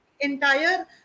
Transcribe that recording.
entire